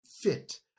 fit